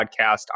podcast